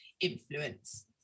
influence